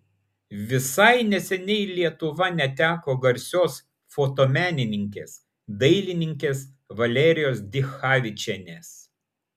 visai neseniai lietuva neteko garsios fotomenininkės dailininkės valerijos dichavičienės